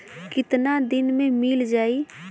कितना दिन में मील जाई?